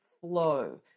flow